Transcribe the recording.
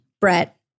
Brett